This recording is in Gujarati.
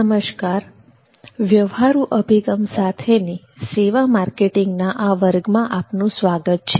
નમસ્કાર વ્યવહારુ અભિગમ સાથેની સેવા માર્કેટિંગના આ વર્ગમાં આપનું સ્વાગત છે